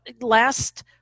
last